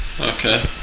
Okay